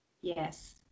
Yes